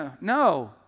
No